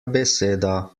beseda